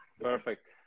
Perfect